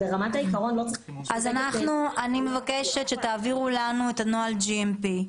ברמת העיקרון לא צריך להגביל --- אני מבקשת שתעבירו לנו את נוהל GMP,